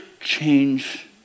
change